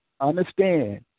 understand